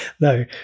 No